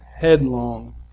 headlong